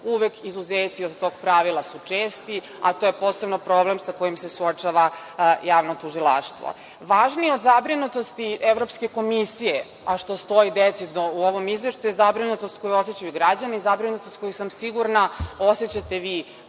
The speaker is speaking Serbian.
Uvek izuzeci od tog pravila su česti, a to je posebno problem sa kojim se suočava javno tužilaštvo. Važnije od zabrinutosti Evropske komisije, a što stoji decidno u ovom izveštaju, je zabrinutost koju osećaju građani, zabrinutost koju sam sigurna osećate vi,